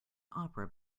opera